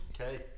Okay